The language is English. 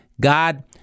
God